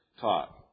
taught